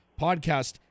Podcast